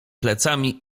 plecami